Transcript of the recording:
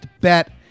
bet